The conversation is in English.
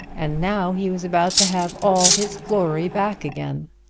and now he was about to have all his glory back again!